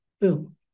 Boom